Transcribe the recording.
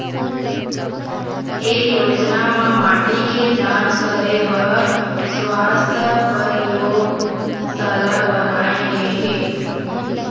ए योजना म माटी के जांच करे बर सुवास्थ परयोगसाला बनाए गे हे